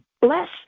bless